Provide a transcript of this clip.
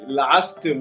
last